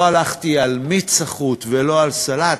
לא הלכתי על מיץ סחוט ולא על סלט,